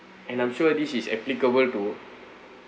and I'm sure this is applicable to